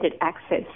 access